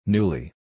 Newly